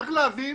צריך להבין